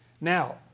Now